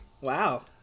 wow